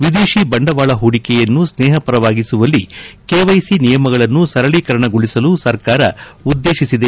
ವಿದೇಶಿ ಬಂಡವಾಳ ಹೂಡಿಕೆಯನ್ನು ಸ್ನೇಹಪರವಾಗಿಸುವಲ್ಲಿ ಕೆವೈಸಿ ನಿಯಮಗಳನ್ನು ಸರಳೀಕರಣಗೊಳಿಸಲು ಸರ್ಕಾರ ಉದ್ದೇಶಿಸಿದೆ